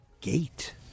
gate